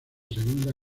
segunda